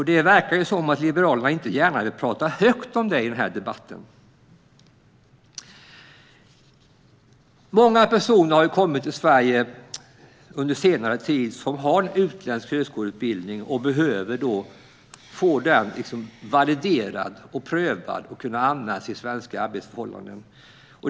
Det verkar som att Liberalerna inte gärna vill tala högt om det i debatten. Många personer har kommit till Sverige under senare tid som har utländsk högskoleutbildning och behöver få den validerad, prövad, och kunna använda den i svenska arbetsförhållanden.